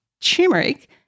turmeric